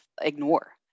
ignore